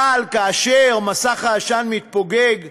אבל כאשר מסך העשן מתפוגג,